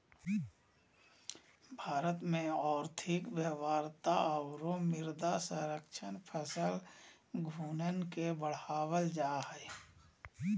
भारत में और्थिक व्यवहार्यता औरो मृदा संरक्षण फसल घूर्णन के बढ़ाबल जा हइ